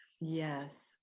Yes